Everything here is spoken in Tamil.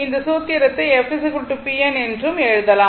இந்த சூத்திரத்தை f p n என்றும் எழுதலாம்